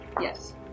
Yes